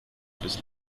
bis